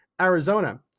Arizona